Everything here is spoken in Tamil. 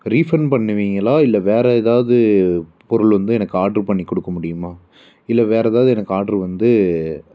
ரீஃபன்ட் பண்ணுவிங்களா இல்லை வேறு ஏதாவது பொருள் வந்து எனக்கு ஆர்டர் பண்ணி கொடுக்க முடியுமா இல்லை வேறு ஏதாவது எனக்கு ஆர்டர் வந்து